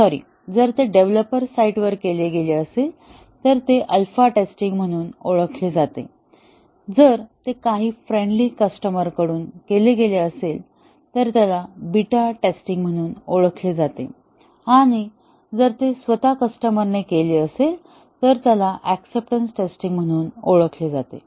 sorry जर ते developer साइटद्वारे केले गेले असेल तर ते अल्फा टेस्टिंग म्हणून ओळखले जाते जर ते काही फ्रेंडली कस्टमर कडून केले गेले असेल तर ते बीटा टेस्टिंग म्हणून ओळखले जाते आणि जर ते स्वतः कस्टमरने केले असेल तर त्याला ऍक्सेप्टन्स टेस्टिंग म्हणून ओळखले जाते